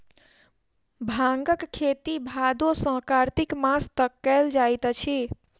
भांगक खेती भादो सॅ कार्तिक मास तक कयल जाइत अछि